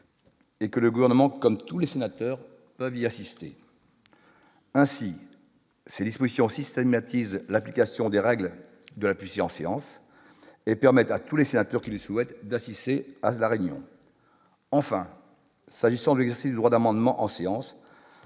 et que le gouvernement, comme tous les sénateurs veulent y assister ainsi ces dispositions systématise l'application des règles de la puce et en séance et permet à tous les sénateurs qui lui souhaite d'assister à la Réunion, enfin, s'agissant de l'exercer droit d'amendement en séance,